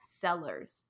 sellers